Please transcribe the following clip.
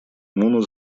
муна